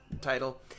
title